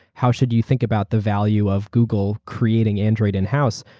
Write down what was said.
how should you think about the value of google creating android in-house?